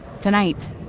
tonight